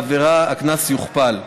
הקנס יוכפל.